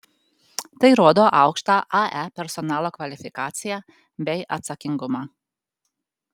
tai rodo aukštą ae personalo kvalifikaciją bei atsakingumą